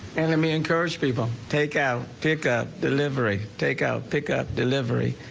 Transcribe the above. and let me encourage people. takeout, pickup, delivery. takeout, pickup, delivery.